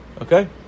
okay